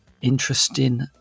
interesting